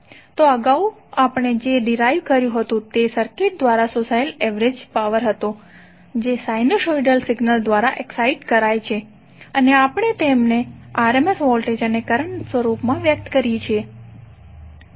તો અગાઉ આપણે જે ડિરાઇવ કર્યુ હતુ તે સર્કિટ દ્વારા શોષાયેલ એવરેજ પાવર હતો જે સાઈનુસોઇડલ સિગ્નલ દ્વારા એક્સાઇટ કરાય છે અને આપણે તેમને RMS વોલ્ટેજ અને કરંટના સ્વરૂપમાં વ્યક્ત કરીએ છીએ